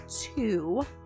two